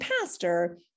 pastor